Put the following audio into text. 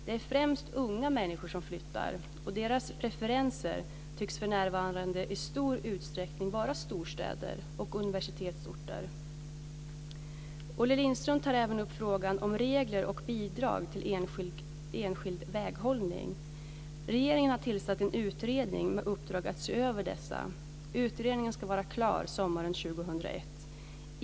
Det är främst unga människor som flyttar, och deras preferenser tycks för närvarande i stor utsträckning vara storstäder och universitetsorter. Olle Lindström tar även upp frågan om regler och bidrag till enskild väghållning. Regeringen har tillsatt en utredning med uppdrag att se över dessa. Utredningen ska vara klar sommaren 2001.